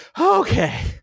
okay